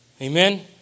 Amen